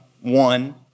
one